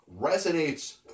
resonates